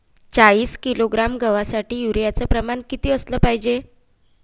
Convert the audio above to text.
चाळीस किलोग्रॅम गवासाठी यूरिया च प्रमान किती असलं पायजे?